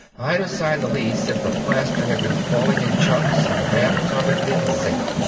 i'd have signed the lease if the plaster had been falling in chunks and the bathtub had been zinc.